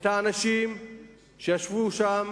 את האנשים שישבו שם